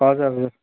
हजुर हजुर